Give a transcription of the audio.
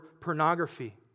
pornography